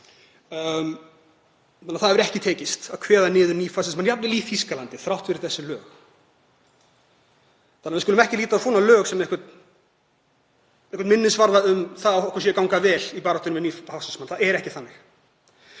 Það hefur ekki tekist að kveða niður nýfasismann, jafnvel ekki í Þýskalandi, þrátt fyrir þessi lög. Við skulum ekki líta á svona lög sem einhvern minnisvarða um að okkur sé að ganga vel í baráttunni við nýfasismann. Það er ekki þannig.